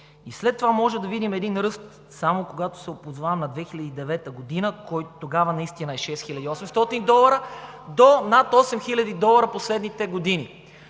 и след това може да видим един ръст. Само когато се позовавам на 2009 г., тогава наистина е 6800 долара, до над 8000 долара в последните години!